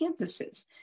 campuses